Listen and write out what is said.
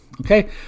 Okay